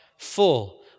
Full